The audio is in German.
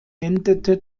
endete